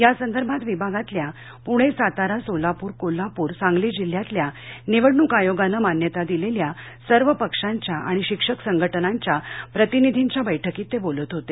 या संदर्भात विभागातल्या पुणे सातारा सोलापूर कोल्हापूर सांगली जिल्ह्यातल्या निवडणूक आयोगानं मान्यता दिलेल्या सर्व पक्षांच्या आणि शिक्षक संघटनांच्या प्रतिनिधींच्या बैठकीत ते बोलत होते